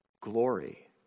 glory